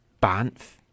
Banff